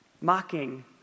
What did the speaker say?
Mocking